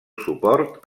suport